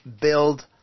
build